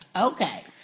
Okay